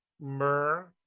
myrrh